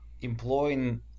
employing